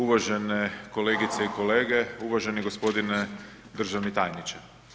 Uvažene kolegice i kolege, uvaženi gospodine državni tajniče.